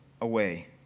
away